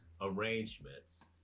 arrangements